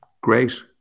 Great